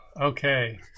Okay